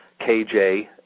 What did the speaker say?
KJ